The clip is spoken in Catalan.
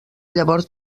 llavors